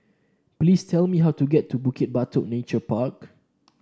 please tell me how to get to Bukit Batok Nature Park